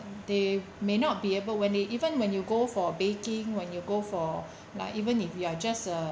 they may not be able when they even when you go for baking when you go for like even if you are just a